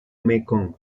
mekong